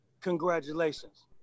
congratulations